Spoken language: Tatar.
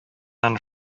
аны